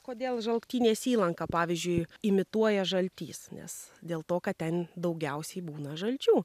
kodėl žalktynės įlanka pavyzdžiui imituoja žaltys nes dėl to kad ten daugiausiai būna žalčių